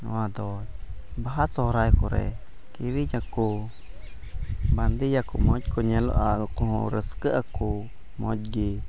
ᱱᱚᱣᱟ ᱫᱚ ᱵᱟᱦᱟ ᱥᱚᱦᱨᱟᱭ ᱠᱚᱨᱮᱜ ᱠᱤᱨᱤᱧᱟᱠᱚ ᱵᱟᱸᱫᱮᱭᱟᱠᱚ ᱢᱚᱡᱽ ᱠᱚ ᱧᱮᱞᱚᱜᱼᱟ ᱟᱠᱚ ᱦᱚᱸ ᱨᱟᱹᱥᱠᱟᱹᱜ ᱟᱠᱚ ᱢᱚᱡᱽ ᱜᱮ